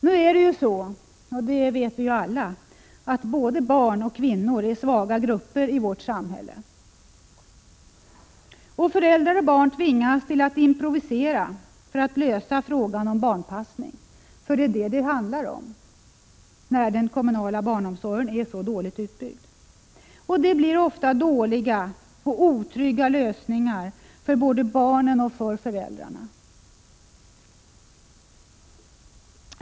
Tyvärr är både barn och kvinnor — det vet vi ju alla — svaga grupper i vårt samhälle. Föräldrar och barn tvingas till att improvisera för att lösa frågan om barnpassning. Det är improvisationer det handlar om, när den kommunala barnomsorgen är så dåligt utbyggd. Det blir ofta dåliga och otrygga lösningar för både barnen och föräldrarna.